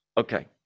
Okay